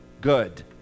good